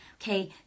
Okay